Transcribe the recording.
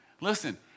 Listen